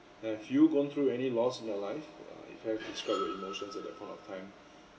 have you gone through any loss in your life ya if you have describe your emotions at that point of time